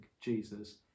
Jesus